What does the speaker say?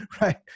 right